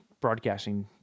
Broadcasting